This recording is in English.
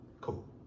Cool